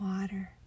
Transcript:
water